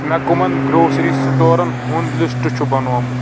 مےٚ common grocery سٹورن ہُند لسٹ چھ بنوومُت